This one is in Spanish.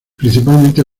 principalmente